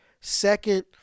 second